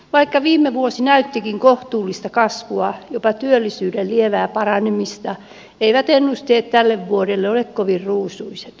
vaikka viime vuosi näyttikin kohtuullista kasvua jopa työllisyyden lievää paranemista eivät ennusteet tälle vuodelle ole kovin ruusuiset